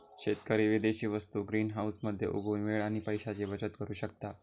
शेतकरी विदेशी वस्तु ग्रीनहाऊस मध्ये उगवुन वेळ आणि पैशाची बचत करु शकता